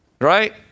Right